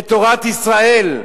את תורת ישראל,